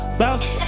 bounce